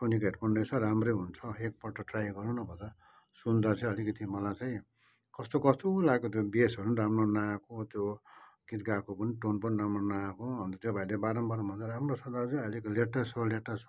सोनीको हेडफोन रहेछ राम्रै हुन्छ एकपल्ट ट्राई गरौँ न भन्दा सुन्दा चाहिँ अलिकति मलाई चाहिँ कस्तो कस्तो लागेको थियो बेसहरू पनि राम्रो नआएको त्यो गीत गाएको पनि टोन पनि राम्रो नआएको अन्त त्यो भाइले बारम्बार मलाई राम्रो छ दाजु अहिलेको लेटेस्ट हो लेटेस्ट